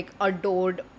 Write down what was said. adored